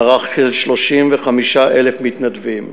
מערך של 35,000 מתנדבים,